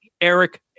Eric